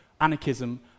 anarchism